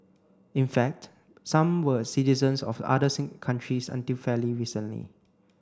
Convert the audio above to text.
in fact some were citizens of other countries until fairly recently